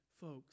folks